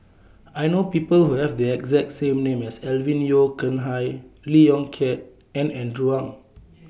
I know People Who Have The exact name as Alvin Yeo Khirn Hai Lee Yong Kiat and Andrew Ang